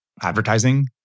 advertising